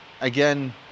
again